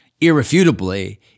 irrefutably